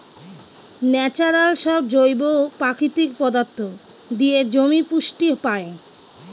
natural সব জৈব প্রাকৃতিক পদার্থ দিয়ে জমি পুষ্টি পায়